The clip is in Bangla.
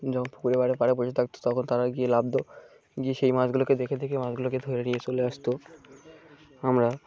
যখন পুকুরের পাড়ে বসে থাকতো তখন তারা গিয়ে নামতো গিয়ে সেই মাছগুলোকে দেখে দেখে মাছগুলোকে ধরে নিয়ে চলে আসতো আমরা